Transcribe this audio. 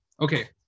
Okay